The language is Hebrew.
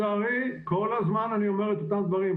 ולצערי, כל הזמן אני אומר את אותם דברים.